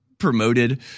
promoted